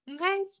Okay